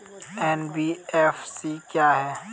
NBFC क्या है?